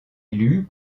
élu